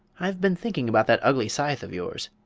i've been thinking about that ugly scythe of yours,